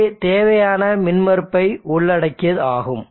இது தேவையான மின்மறுப்பை உள்ளடக்கியதாகும்